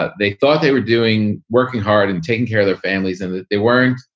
ah they thought they were doing working hard and taking care of their families. and they weren't.